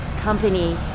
company